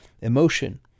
emotion